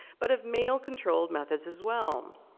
but of male-controlled methods as well.